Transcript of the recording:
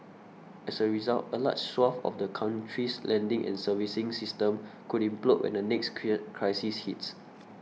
as a result a large swathe of the country's lending and servicing system could implode when the next clear crisis hits